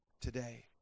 today